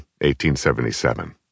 1877